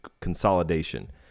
consolidation